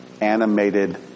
animated